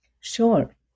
Sure